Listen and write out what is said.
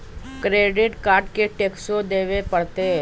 Credit card में टेक्सो देवे परते?